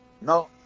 No